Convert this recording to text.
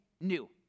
new